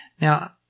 Now